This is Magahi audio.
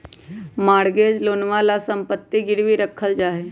मॉर्गेज लोनवा ला सम्पत्ति गिरवी रखल जाहई